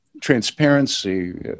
transparency